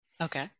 okay